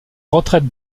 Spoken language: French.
retraite